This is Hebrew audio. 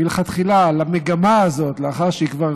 מלכתחילה על המגמה הזאת לאחר שהיא כבר